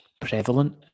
prevalent